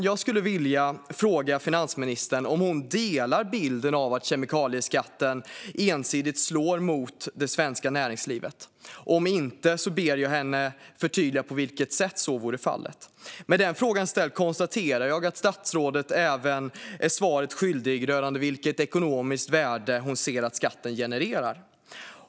Jag skulle vilja fråga finansministern, herr talman, om hon delar bilden av att kemikalieskatten ensidigt slår mot det svenska näringslivet. Om finansministern inte delar den bilden ber jag henne förtydliga sig. Med den frågan ställd konstaterar jag att statsrådet även är svaret skyldig rörande vilket ekonomiskt värde hon ser att skatten genererar.